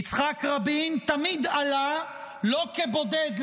יצחק רבין תמיד עלה לפודיום לא כבודד,